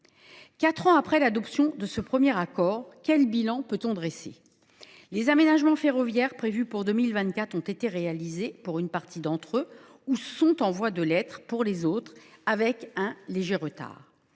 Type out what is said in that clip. Quatre ans après l’adoption de ce premier accord, quel bilan peut on dresser ? Les aménagements ferroviaires prévus pour 2024 ont été réalisés pour une partie d’entre eux, ou sont en voie de l’être pour les autres, avec un léger retard.